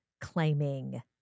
claiming